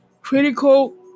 Critical